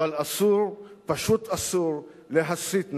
אבל אסור, פשוט אסור, להסית נגדם.